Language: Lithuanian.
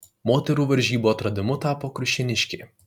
moterų varžybų atradimu tapo kuršėniškė